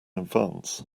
advance